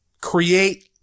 create